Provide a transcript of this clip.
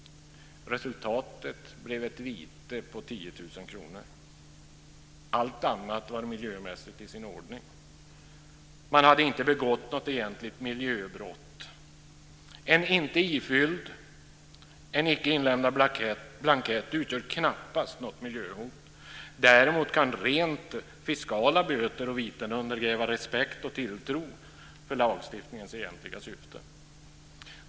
Resultatet blev ett vite på 10 000 kr. Allt annat var miljömässigt i sin ordning. Man hade inte begått något egentligt miljöbrott. En inte ifylld, en icke inlämnad blankett utgör knappast något miljöhot. Däremot kan rent fiskala böter och viten undergräva respekten för och tilltron till lagens egentliga syfte.